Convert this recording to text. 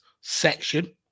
section